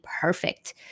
perfect